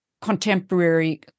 contemporary